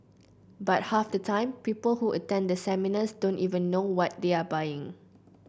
but half the time people who attend the seminars don't even know what they are buying